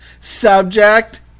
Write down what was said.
subject